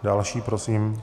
Další prosím.